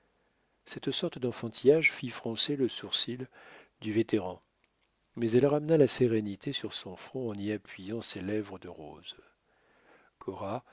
cette sorte d'enfantillage fit froncer le sourcil du vétéran mais elle ramena la sérénité sur son front en y appuyant ses lèvres de rose